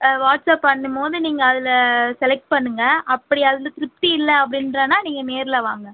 ஆ WhatsApp பண்ணும்போது நீங்கள் அதில் செலெக்ட் பண்ணுங்கள் அப்படி அதில் திருப்தி இல்லை அப்படின்றேன்னா நீங்கள் நேரில் வாங்க